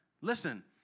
Listen